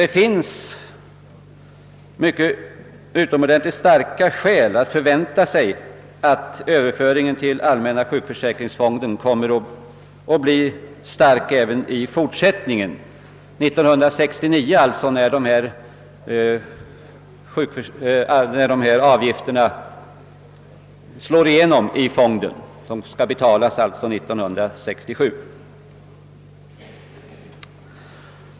Det finns utomordentligt starka skäl att förvänta sig att överföringarna till den allmänna sjukförsäkringsfonden kommer att bli stora även i fortsättningen, när 1967 års avgifter slår igenom år 1969.